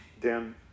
Dan